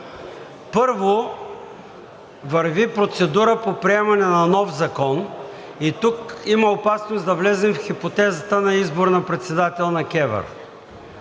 Първо, върви процедура по приемане на нов закон и тук има опасност да влезем в хипотезата на избор на председател на КЕВР.